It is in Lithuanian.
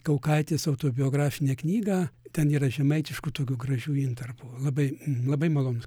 kaukaitės autobiografinę knygą ten yra žemaitiškų tokių gražių intarpų labai labai malonus